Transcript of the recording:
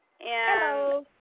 Hello